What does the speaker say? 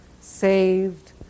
saved